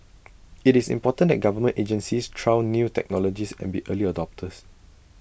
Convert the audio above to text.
IT is important that government agencies trial new technologies and be early adopters